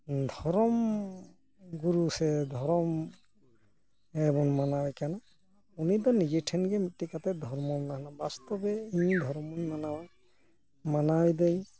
ᱫᱷᱚᱨᱚᱢ ᱜᱩᱨᱩ ᱥᱮ ᱫᱷᱚᱨᱚᱢ ᱨᱮᱢ ᱢᱟᱱᱟᱣᱮᱠᱟᱱᱟ ᱩᱱᱤ ᱫᱚ ᱱᱤᱡᱮ ᱴᱷᱮᱱ ᱜᱮ ᱢᱤᱫᱴᱮᱱ ᱠᱟᱛᱮ ᱫᱷᱚᱨᱢᱚ ᱢᱮᱱᱟᱜᱼᱟ ᱵᱟᱥᱛᱚᱵ ᱜᱮ ᱤᱧ ᱫᱷᱚᱨᱚᱢᱤᱧ ᱢᱟᱱᱟᱣᱟ ᱢᱟᱱᱟᱣᱤᱫᱟᱹᱧ